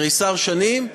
תריסר שנים,